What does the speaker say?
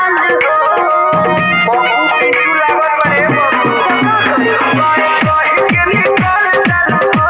पिछला तीन महिना के लेंन देंन खाता मे केना देखे सकय छियै?